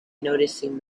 noticing